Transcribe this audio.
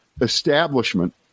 establishment